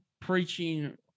Preaching